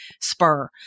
spur